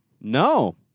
No